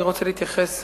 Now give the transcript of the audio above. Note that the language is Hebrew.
אני רוצה להתייחס,